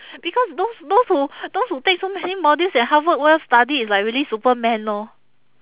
because those those who those who take so many modules and half work while half study is like really superman lor